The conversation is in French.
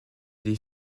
des